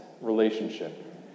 relationship